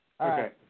okay